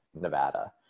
Nevada